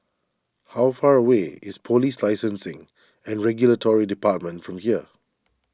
how far away is Police Licensing and Regulatory Department from here